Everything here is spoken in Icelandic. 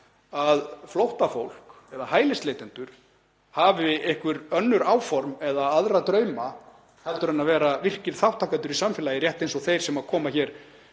að flóttafólk eða hælisleitendur hafi einhver önnur áform eða aðra drauma en að vera virkir þátttakendur í samfélagi, rétt eins og þeir sem koma